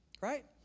Right